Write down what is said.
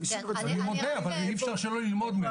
אני יודע, אבל אי אפשר שלא ללמוד מהם.